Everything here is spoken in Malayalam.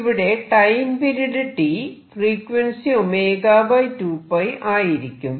ഇവിടെ ടൈം പീരീഡ് T ഫ്രീക്വൻസി 𝞈 2𝞹 ആയിരിക്കും